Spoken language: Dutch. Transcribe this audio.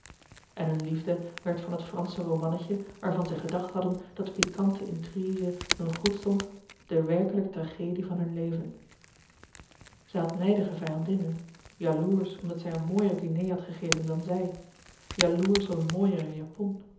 en hunne liefde werd van het fransche romannetje waarvan zij gedacht hadden dat de pikante intrigue hun goed stond de werlouis couperus de boeken der kleine zielen kelijke tragedie van hun leven zij had nijdige vijandinnen jaloersch omdat zij een mooier diner had gegeven dan zij jaloersch om een mooiere japon